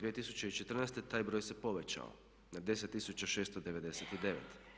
2014. taj broj se povećao na 10 699.